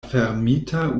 fermita